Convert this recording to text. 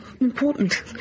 important